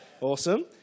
Awesome